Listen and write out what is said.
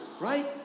right